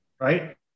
right